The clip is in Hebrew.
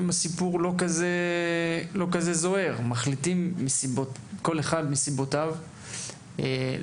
הסיפור הוא לא כזה זוהר והם מחליטים כל אחד מסיבותיו לחזור,